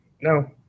no